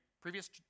previous